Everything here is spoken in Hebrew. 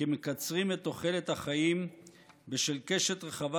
כמקצרים את תוחלת החיים בשל קשת רחבה